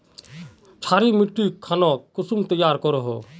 क्षारी मिट्टी खानोक कुंसम तैयार करोहो?